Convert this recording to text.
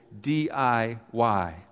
DIY